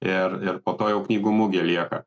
ir ir po to jau knygų mugė lieka